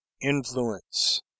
influence